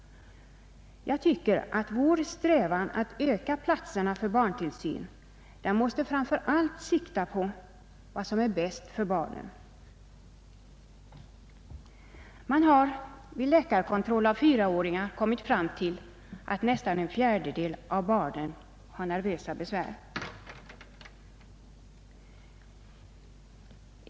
Jag tycker att vår strävan att öka antalet platser för barntillsyn framför allt måste sikta på vad som är bäst för barnen. Man har vid läkarkontroll av fyraåringar kommit fram till att nästan en fjärdedel av barnen har nervösa besvär.